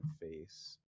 face